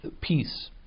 peace